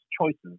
choices